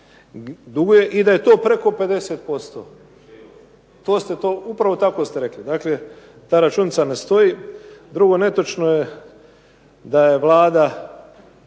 duguje i da je to preko 50%. To ste to, upravo tako ste rekli. Dakle, ta računica ne stoji. Drugo, netočno je da je Vlada